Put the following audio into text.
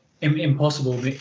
impossible